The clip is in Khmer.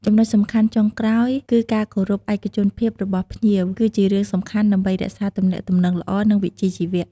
ចំណុចសំខាន់ចុងក្រោយគឺការគោរពឯកជនភាពរបស់ភ្ញៀវ គឺជារឿងសំខាន់ដើម្បីរក្សាទំនាក់ទំនងល្អ និងវិជ្ជាជីវៈ។